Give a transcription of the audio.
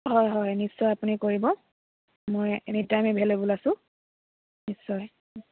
হয় হয় নিশ্চয় আপুনি কৰিব মই এনি টাইম এভে'লেবল আছোঁ নিশ্চয়